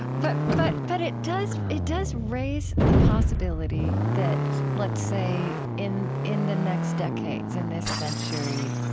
but but but it does it does raise the possibility that, let's say, in in the next decades, in this century,